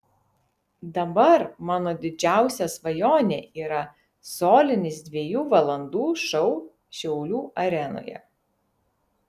dabar mano didžiausia svajonė yra solinis dviejų valandų šou šiaulių arenoje